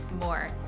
more